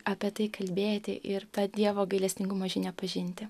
apie tai kalbėti ir dievo gailestingumo žinią pažinti